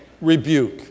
rebuke